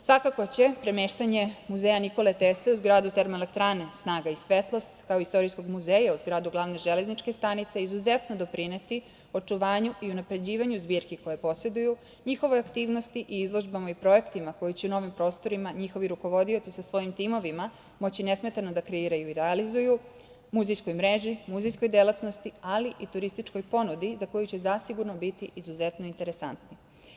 Svakako će premeštanje muzeja „Nikole Tesle“ u zgradu Termoelektrane „Snaga i svetlost“ kao istorijskog muzeja u zgradu glavne Železničke stanice izuzetno doprineti očuvanju i unapređivanju zbirki koje poseduju, njihovoj aktivnosti i izložbama i projektima koji će na ovim prostorima njihovi rukovodioci sa svojim timovima moći nesmetano da kreiraju i realizuju, muzejskoj mreži, muzejskoj delatnosti, ali i turističkoj ponudi za koju će zasigurno biti izuzetno interesantni.